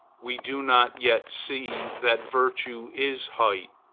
we do not yet see that virtue is height,